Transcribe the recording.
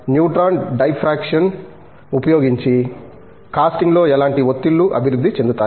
neutron diffraction ఉపయోగించి కాస్టింగ్లో ఎలాంటి ఒత్తిళ్లు అభివృద్ధి చెందుతాయి